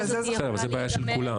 בסדר, אבל זו בעיה של כולן.